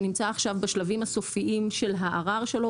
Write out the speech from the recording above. שנמצא עכשיו בשלבים הסופיים של הערר שלו,